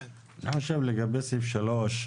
אני חושב לגבי סעיף 3,